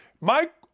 Mike